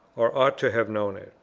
or ought to have known it.